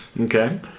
Okay